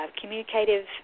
communicative